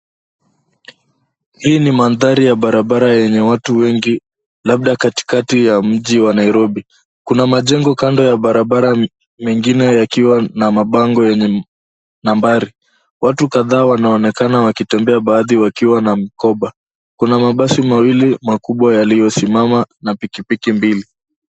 Hii ni mandhari yenye watu wengi labda katika jiji kuu la Nairobi. Kuna majengo kando ya barabara mengine yakiwa na mabango yenye nambari. Watu kadhaa wanaonekana wakitembea baadhi wakiwa na mkoba. Mabasi mawili makubwa yaliyosimama na pikipiki mbili.